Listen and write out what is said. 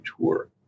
Tour